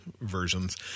versions